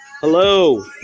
Hello